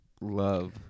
love